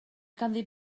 ganddi